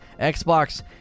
Xbox